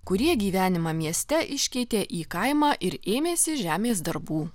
kurie gyvenimą mieste iškeitė į kaimą ir ėmėsi žemės darbų